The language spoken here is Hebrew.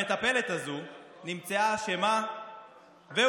המטפלת הזאת נמצאה אשמה והורשעה.